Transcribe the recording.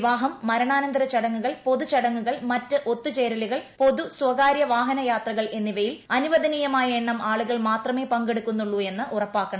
വിവാഹം മരണാനന്തര ചടങ്ങുകൾ പൊതുചടങ്ങുകൾ മറ്റ് ഒത്തുചേരൽ പൊതു സ്വകാര്യ വാഹനയാത്രകൾ എന്നിവയിൽ അനുവദനീയമായ എണ്ണം ആളുകൾ മാത്രമെ പങ്കെടുക്കുന്നുള്ളു എന്ന് ഉറപ്പാക്കണം